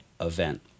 event